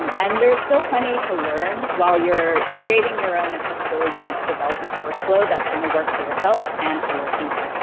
um and there is still plenty to learn while you're creating your own accessibility work flow that's going to work for yourself and for your team.